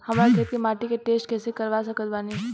हमरा खेत के माटी के टेस्ट कैसे करवा सकत बानी?